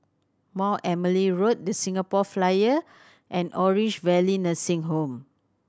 Mount Emily Road The Singapore Flyer and Orange Valley Nursing Home